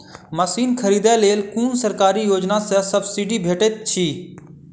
Machine खरीदे लेल कुन सरकारी योजना सऽ सब्सिडी भेटैत अछि?